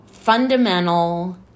fundamental